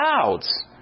clouds